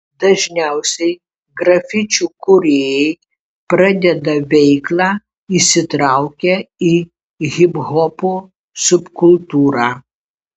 dažniausiai grafičių kūrėjai pradeda veiklą įsitraukę į hiphopo subkultūrą